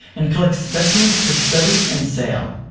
and collect specimens for study and sale.